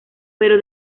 pero